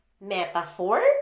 metaphor